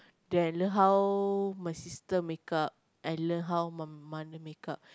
then I learn how my sister makeup I learn how my mother makeup